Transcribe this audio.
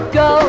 go